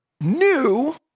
new